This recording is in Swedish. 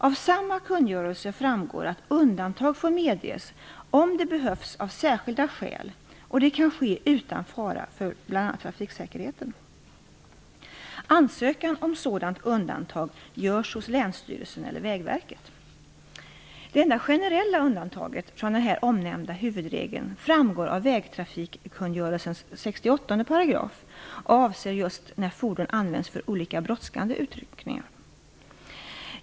Av samma kungörelse framgår att undantag får medges om det behövs av särskilda skäl och det kan ske utan fara för bl.a. trafiksäkerheten. Ansökan om sådant undantag görs hos länsstyrelsen eller Vägverket. Det enda generella undantaget från den här omnämnda huvudregeln framgår av vägtrafikkungörelsens 68 § och avser just användande av fordon för olika brådskande utryckningar.